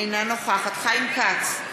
אינה נוכח חיים כץ,